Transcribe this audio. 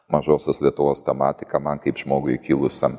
mažosios lietuvos tematika man kaip žmogui kilusiam